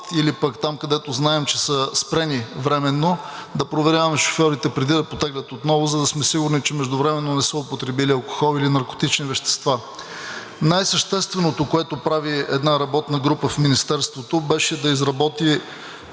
или пък там, където знаем, че са спрени временно, да проверяваме шофьорите, преди да потеглят отново, за да сме сигурни, че междувременно не са употребили алкохол или наркотични вещества. Най-същественото, което прави една работна група в Министерството, беше да изработи